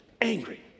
angry